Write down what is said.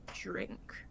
drink